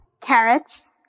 Carrots